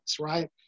right